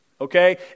Okay